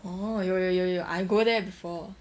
oh 有有有有 I go there before